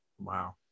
wow